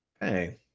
Hey